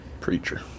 Preacher